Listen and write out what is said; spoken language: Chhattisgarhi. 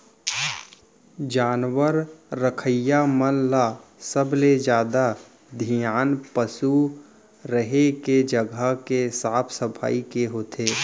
जानवर रखइया मन ल सबले जादा धियान पसु रहें के जघा के साफ सफई के होथे